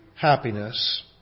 happiness